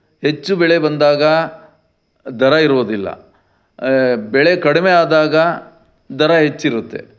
ಹೆಚ್ಚು ಬೆಳೆ ಬಂದಾಗ ದರ ಇರುವುದಿಲ್ಲ ಬೆಳೆ ಕಡಿಮೆ ಆದಾಗ ದರ ಹೆಚ್ಚಿರುತ್ತೆ